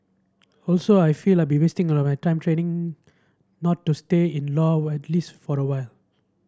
also I feel I'd be wasting of my time training not to stay in law widely for a while